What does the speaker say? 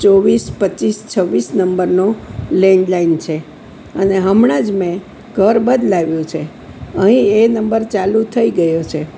ચોવીસ પચીસ છવીસ નંબરનો લેન્ડ લાઈન છે અને હમણાં જ મેં ઘર બદલાવ્યું છે અહીં એ નંબર ચાલુ થઈ ગયો છે